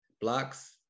blocks